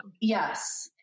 Yes